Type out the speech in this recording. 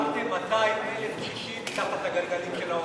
אתם זרקתם 200,000 קשישים מתחת לגלגלים של האוטובוס.